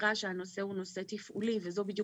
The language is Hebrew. מסבירה שהנושא הוא נושא תפעולי וזו בדיוק